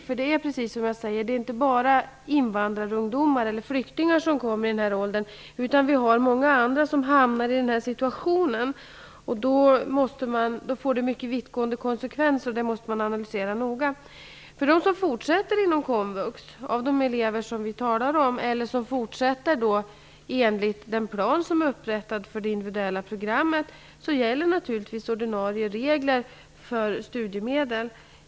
Det är nämligen precis som jag säger, det är inte bara invandrarungdomar eller flyktingar i den här åldern som hamnar i en denna situation, utan det gör även många andra. Ökad rättighet för viss kategori skulle kunna få mycket vittgående konsekvenser, som måste analyseras mycket noga. För de elever som vi talar om, som fortsätter inom komvux, eller som fortsätter enligt den plan som upprättats enligt det individuella programmet, gäller naturligtvis ordinarie regler för studiemedel.